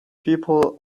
people